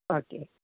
okay